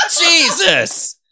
Jesus